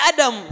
Adam